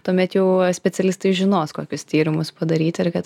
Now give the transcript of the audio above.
tuomet jau specialistai žinos kokius tyrimus padaryti ir kad